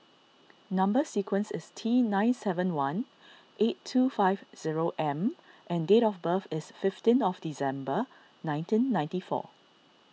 Number Sequence is T nine seven one eight two five zero M and date of birth is fifteen of December nineteen ninety four